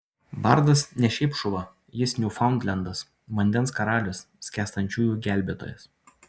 bardas ne šiaip šuva jis niūfaundlendas vandens karalius skęstančiųjų gelbėtojas